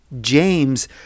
James